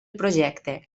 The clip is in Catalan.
projecte